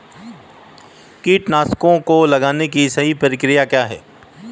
कीटनाशकों को लगाने की सही प्रक्रिया क्या है?